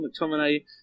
McTominay